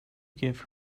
give